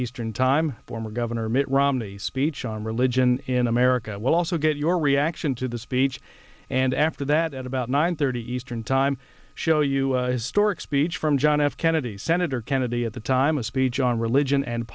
eastern time former governor mitt romney's speech on religion in america we'll also get your reaction to the speech and after that at about nine thirty eastern time show you store experience from john f kennedy senator kennedy at the time a speech on religion and